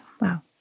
Wow